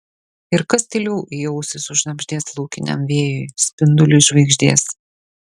ir kas tyliau į ausį sušnabždės laukiniam vėjui spinduliui žvaigždės